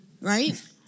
right